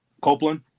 Copeland